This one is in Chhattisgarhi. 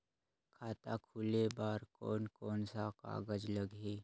खाता खुले बार कोन कोन सा कागज़ लगही?